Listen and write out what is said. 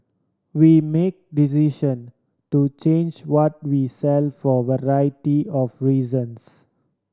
we make decision to change what we sell for variety of reasons